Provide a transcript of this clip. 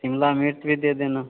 शिमला मिर्च भी दे देना